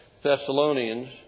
Thessalonians